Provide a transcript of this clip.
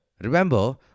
Remember